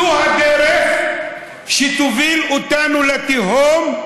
זו הדרך שתוביל אותנו לתהום,